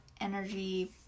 energy